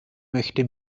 möchte